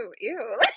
ew